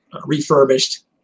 refurbished